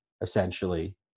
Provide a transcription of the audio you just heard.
essentially